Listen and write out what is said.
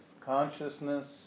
consciousness